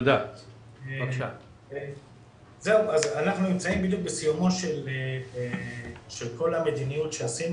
אנחנו נמצאים בסיום כל המדיניות שעשינו